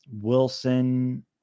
Wilson